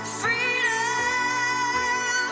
freedom